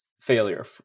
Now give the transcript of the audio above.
failure